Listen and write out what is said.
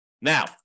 Now